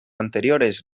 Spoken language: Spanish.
anteriores